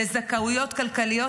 לזכאויות כלכליות,